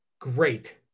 great